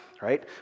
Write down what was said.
right